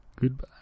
Goodbye